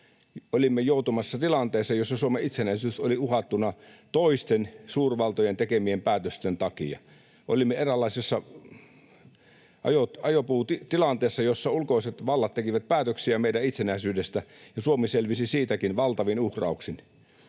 Olimme joutumassa tilanteeseen, jossa Suomen itsenäisyys oli uhattuna toisten suurvaltojen tekemien päätösten takia. Olimme eräänlaisessa ajopuutilanteessa, jossa ulkoiset vallat tekivät päätöksiä meidän itsenäisyydestämme, ja Suomi selvisi siitäkin valtavin uhrauksin.